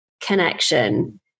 connection